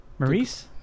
Maurice